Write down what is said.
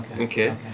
Okay